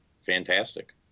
fantastic